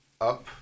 up